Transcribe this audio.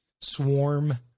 swarm